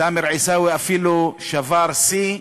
סאמר עיסאווי אפילו שבר שיא.